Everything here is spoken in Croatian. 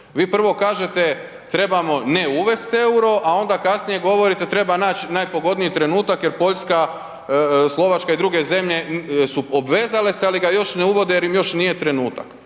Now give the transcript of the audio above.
Vi prvo kažete trebamo ne uvest euro a onda kasnije govorite treba naći najpogodniji trenutak jer Poljska, Slovačka i druge zemlje su obvezale se ali ga još ne uvode jer im još nije trenutak.